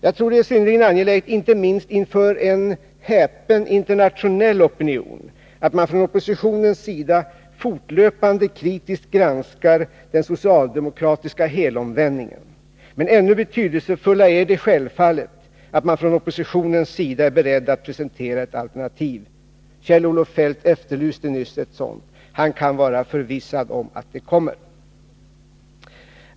Jag tror det är synnerligen angeläget, inte minst inför en häpen internationell opinion, att man från oppositionens sida fortlöpande kritiskt granskar den socialdemokratiska helomvändningen. Men ännu betydelsefullare är självfallet att man från oppositionens sida är beredd att presentera ett alternativ. Kjell-Olof Feldt efterlyste nyss ett sådant. Han kan vara förvissad om att det kommer.